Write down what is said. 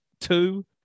two